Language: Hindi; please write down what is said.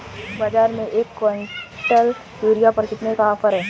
बाज़ार में एक किवंटल यूरिया पर कितने का ऑफ़र है?